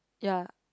ya